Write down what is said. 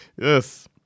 Yes